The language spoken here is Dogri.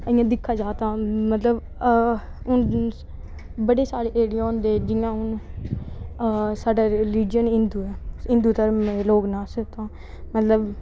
इंया दिक्खेआ जा तां मतलब बड़े सारे होंदे जियां हून साढ़ा रिलीज़न हिंदु ऐ ते हिंदु घर्म दे लोग मतलब